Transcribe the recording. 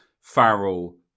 Farrell